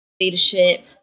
leadership